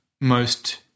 most-